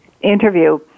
interview